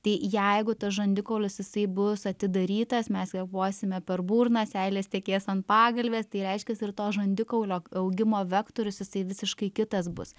tai jeigu tas žandikaulis jisai bus atidarytas mes kvėpuosime per burną seilės tekės ant pagalvės tai reiškias ir to žandikaulio augimo vektorius jisai visiškai kitas bus